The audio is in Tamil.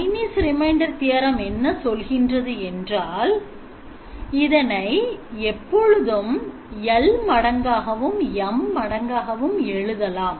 Chinese remainder theorem என்ன சொல்கின்றது என்றால் இதனை எப்பொழுதும் L மடங்காகவும் M மடங்காகவும் எழுதலாம்